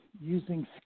using